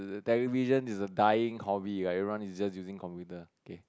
television is a dying hobby right everyone is just using computer okay